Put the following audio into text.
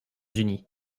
unis